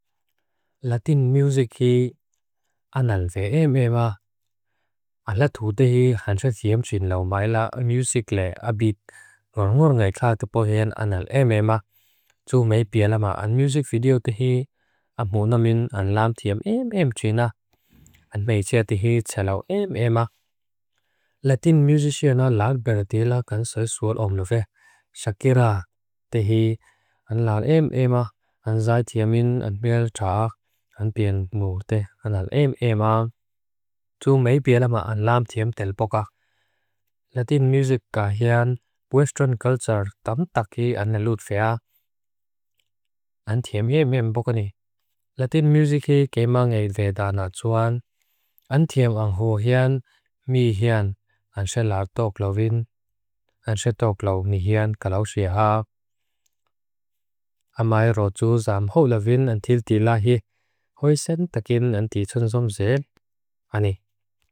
Latin music hi an al ve em ema. An latu tehi hanxa thiam trin lau maila an musik le abit ngur ngur ngai klag tepohen an al em ema. Tumei pia lama an musik video tehi an muonamin an lam thiam em em trina. An meitia tehi tselau em ema. Latin musiciana lat beretela kan sae suol omluve. Shakira tehi an lan em ema. An zai thiam min an biala tsaak. An bian mur te. An al em ema. Tumei pia lama an lam thiam tel pokak. Latin music ga hi an western culture tam takhi an alut fea. An thiam ye me em pokani. Latin music hi kema ngay le da na tsuan. An thiam ang ho hi an, mi hi an. An se lar tok lovin. An se tok lov ni hi an kalaw siak. An mai roju zam ho lovin an til di lahi. Hoi sen takin an di tsum tsum zel. Ane.